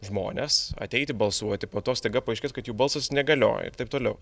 žmones ateiti balsuoti po to staiga paaiškės kad jų balsas negalioja ir taip toliau